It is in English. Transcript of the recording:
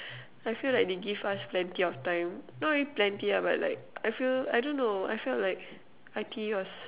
I feel like they give us plenty of time not really plenty lah but like I feel I don't know I felt like I_T_E was